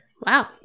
Wow